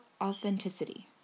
authenticity